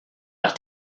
nach